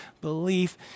belief